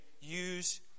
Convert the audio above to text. use